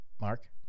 Mark